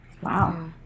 Wow